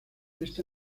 este